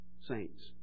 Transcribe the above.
saints